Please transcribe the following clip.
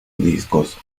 discos